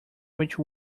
which